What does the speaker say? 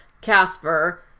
Casper